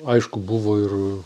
aišku buvo ir